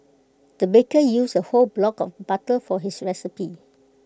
the baker used A whole block of butter for this recipe